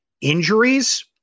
injuries